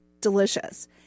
delicious